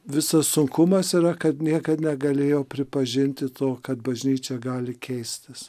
visas sunkumas yra kad nieka negalėjo pripažinti to kad bažnyčia gali keistis